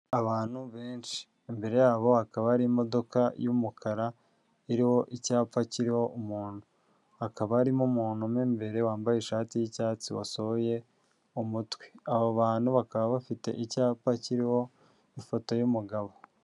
Abantu benshi imbere yabo hakaba hari imodoka y'umukara iriho icyapa kiriho umuntu, hakaba harimo umuntu mu imbere wambaye ishati y'icyatsi wasohoye umutwe, abo bantu bakaba bafite icyapa kiririmo ifoto y'umugabo.